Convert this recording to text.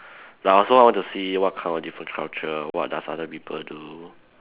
like I also want to see what kind of different culture what does other people do